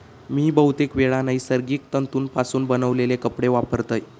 मी बहुतेकवेळा नैसर्गिक तंतुपासून बनवलेले कपडे वापरतय